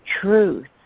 truth